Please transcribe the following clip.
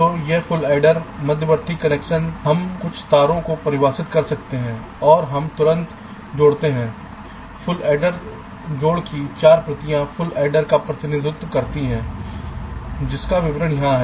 तो यह full adder मध्यवर्ती कनेक्शन हम कुछ तारों को परिभाषित कर सकते हैं और हम तुरंत जोड़ते हैं फुल एडर जोड़ की 4 प्रतियां फुल एडर का प्रतिनिधित्व करती हैं जिसका विवरण यहां है